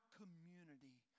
community